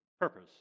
purpose